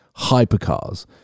hypercars